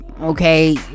okay